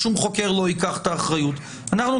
אף חוקר לא ייקח את האחריות.